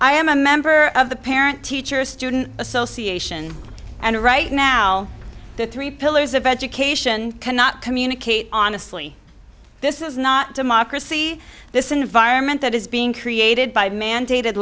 i am a member of the parent teacher student association and right now the three pillars of education cannot communicate honestly this is not democracy this environment that is being created by mandated